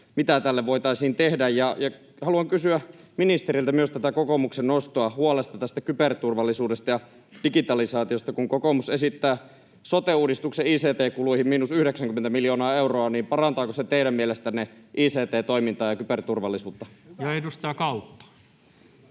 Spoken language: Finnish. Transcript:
mitä tälle voitaisiin tehdä. Haluan kysyä ministeriltä myös tästä kokoomuksen nostosta huolesta kyberturvallisuudesta ja digitalisaatiosta. Kun kokoomus esittää sote-uudistuksen ict-kuluihin miinus 90 miljoonaa euroa, niin parantaako se teidän mielestänne ict-toimintaa ja kyberturvallisuutta? [Speech 252]